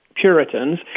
Puritans